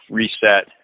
reset